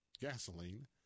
gasoline